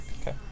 Okay